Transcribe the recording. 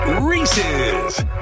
Reese's